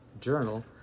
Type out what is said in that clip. Journal